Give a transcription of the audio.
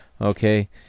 Okay